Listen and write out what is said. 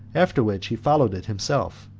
after which he followed it himself,